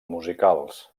musicals